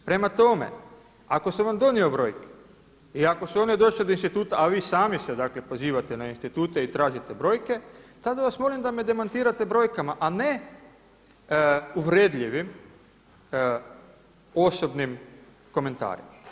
Prema tome, ako sam vam donio brojke i ako su one došle do instituta, a vi sami se dakle pozivate na institute i tražite brojke, tada vas molim da me demantirate brojkama a ne uvredljivim osobnim komentarima.